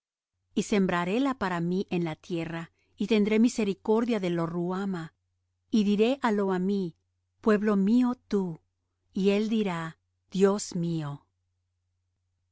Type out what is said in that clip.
y sembraréla para mí en la tierra y tendré misericordia de lo ruhama y diré á lo ammi pueblo mío tú y él dirá dios mío